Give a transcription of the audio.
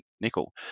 nickel